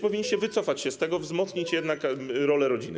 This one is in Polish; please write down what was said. Powinniście wycofać się z tego, wzmocnić jednak rolę rodziny.